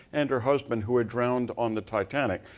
and her husband, who had drowned on the titanic.